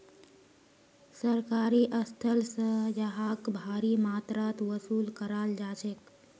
सरकारी स्थल स यहाक भारी मात्रात वसूल कराल जा छेक